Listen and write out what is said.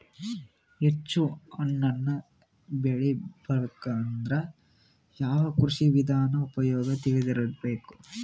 ಹೆಚ್ಚು ಹಣ್ಣನ್ನ ಬೆಳಿ ಬರಬೇಕು ಅಂದ್ರ ಯಾವ ಕೃಷಿ ವಿಧಾನ ಉಪಯೋಗ ತಿಳಿದಿರಬೇಕು?